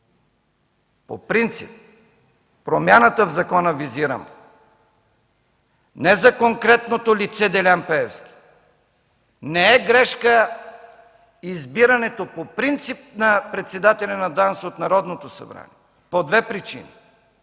– визирам промяната в закона, не за конкретното лице Делян Пеевски! Не е грешка избирането по принцип на председателя на ДАНС от Народното събрание по две причини: